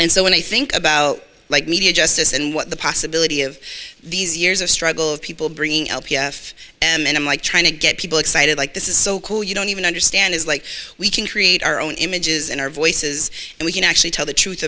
and so when i think about like media justice and what the possibility of these years of struggle of people bringing l p f and i'm like trying to get people excited like this is so cool you don't even understand it's like we can create our own images and our voices and we can actually tell the truth